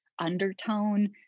undertone